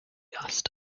asked